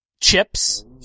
Chips